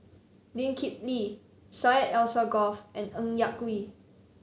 Lee Kip Lee Syed Alsagoff and Ng Yak Whee